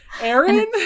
Aaron